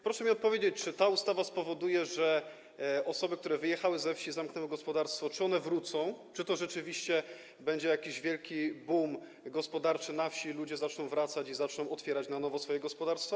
Proszę mi powiedzieć: Czy ta ustawa spowoduje, że osoby, które wyjechały ze wsi, zamknęły gospodarstwa, wrócą, czy to rzeczywiście będzie jakiś wielki boom gospodarczy na wsi, ludzie zaczną wracać i zaczną otwierać na nowo swoje gospodarstwa?